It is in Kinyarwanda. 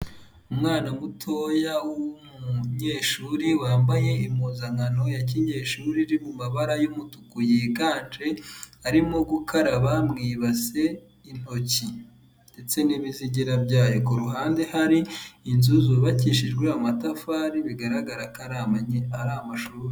Umwana mutoya w'umunyeshuri, wambaye impuzankano ya kinyeshuri iri mu mabara y'umutuku yiganje, arimo gukaraba mu ibase intoki, ndetse n'ibizigira by'ayo, ku ruhande hari inzu zubakishijwe amatafari, bigaragara ko ari amashuri.